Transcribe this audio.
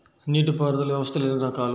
నీటిపారుదల వ్యవస్థలు ఎన్ని రకాలు?